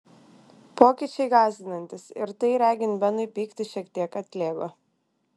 pokyčiai gąsdinantys ir tai regint benui pyktis šiek tiek atlėgo